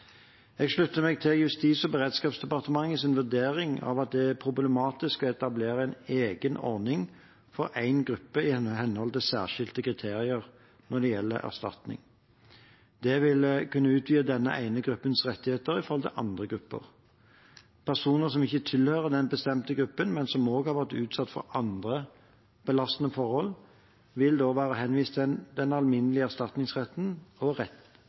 Jeg slutter meg til Justis- og beredskapsdepartementets vurdering av at det er problematisk å etablere en egen ordning for én gruppe i henhold til særskilte kriterier når det gjelder erstatning. Det vil kunne utvide denne ene gruppens rettigheter i forhold til andre grupper. Personer som ikke tilhører den bestemte gruppen, men som har vært utsatt for andre belastende forhold, vil være henvist til den alminnelige erstatningsretten og